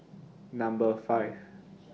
Number five